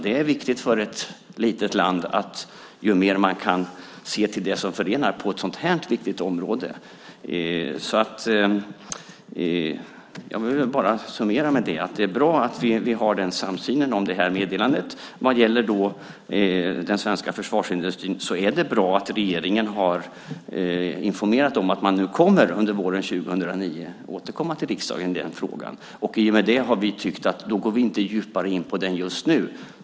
Det är viktigt för ett litet land att man kan se till det som förenar på ett så viktigt område som det här. Jag vill summera med att det är bra att vi har den samsynen om det här meddelandet. Vad gäller den svenska försvarsindustrin är det bra att regeringen har informerat om att man under våren 2009 återkommer till riksdagen i den frågan. I och med det har vi tyckt att vi inte ska gå djupare in på det just nu.